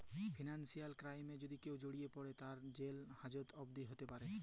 financial ক্রাইমে যদি কেউ জড়িয়ে পরে, তার জেল হাজত অবদি হ্যতে প্যরে